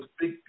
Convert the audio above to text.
big